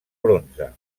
bronze